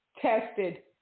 tested